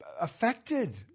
affected